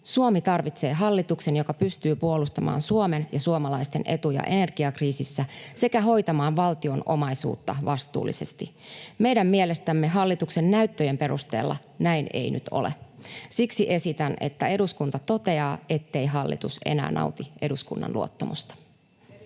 Suomi tarvitsee hallituksen, joka pystyy puolustamaan Suomen ja suomalaisten etuja energiakriisissä sekä hoitamaan valtion omaisuutta vastuullisesti. Meidän mielestämme hallituksen näyttöjen perusteella näin ei nyt ole. Siksi esitän, että eduskunta toteaa, ettei hallitus enää nauti eduskunnan luottamusta.